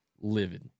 livid